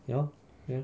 ya lor ya